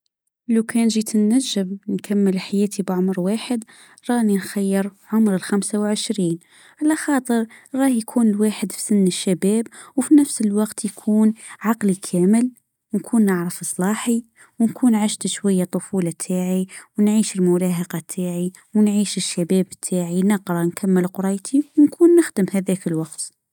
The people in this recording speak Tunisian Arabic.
لو كان جيت النسب نكمل حياتي بعمر واحد راني نخير عمر الخمسة وعشرين. على خاطر هيكون الواحد فن الشباب وفي نفس الوقت يكون عقلك يعمل. نكون نعرف صلاحي ونكون عشت شوية الطفولة تاعي. ونعيش المراهقة تاعي ونعيش الشباب تاعي نقرا نكمل قرايتي ونكون نخدم هذا في الوقت